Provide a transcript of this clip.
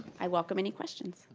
i welcome any questions.